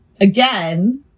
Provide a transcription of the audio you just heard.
again